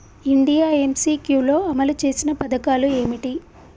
India MCQ లో అమలు చేసిన పథకాలు ఏమిటి?